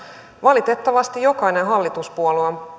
valitettavasti jokainen hallituspuolue on